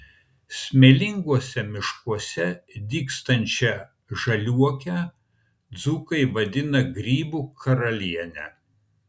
smėlinguose miškuose dygstančią žaliuokę dzūkai vadina grybų karaliene